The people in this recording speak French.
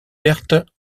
pertes